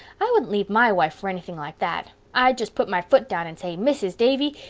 i wouldn't leave my wife for anything like that. i'd just put my foot down and say, mrs. davy,